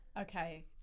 okay